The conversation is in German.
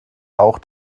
auch